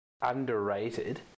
underrated